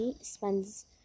spends